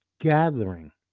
gathering